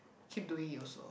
keep doing it also